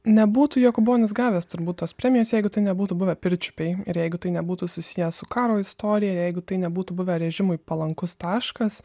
nebūtų jokūbonis gavęs turbūt tos premijos jeigu tai nebūtų buvę pirčiupiai ir jeigu tai nebūtų susiję su karo istorija jeigu tai nebūtų buvę režimui palankus taškas